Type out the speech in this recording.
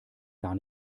gar